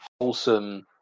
wholesome